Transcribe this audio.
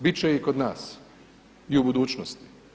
Bit će je i kod nas i u budućnosti.